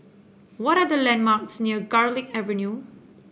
what are the landmarks near Garlick Avenue